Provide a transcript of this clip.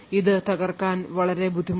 ഇത് തകർക്കാൻ വളരെ ബുദ്ധിമുട്ടാണ്